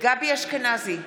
גבי אשכנזי,